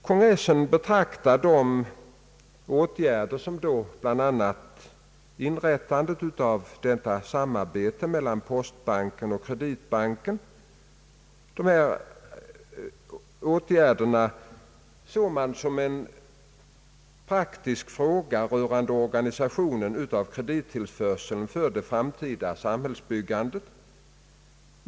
Kongressen betraktar dessa åtgärder, bl.a. inrättandet av ett samarbete mellan postbanken och Kreditbanken som en praktisk fråga rörande organisationen av kredittillförseln för det framtida samhällsbyggandet.